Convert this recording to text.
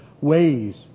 ways